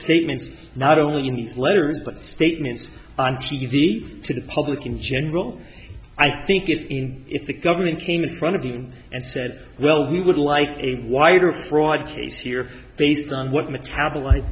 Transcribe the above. statements not only in these letters but statements on t v to the public in general i think if the government came in front of you and said well we would like a wire fraud case here based on what metaboli